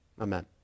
amen